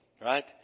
Right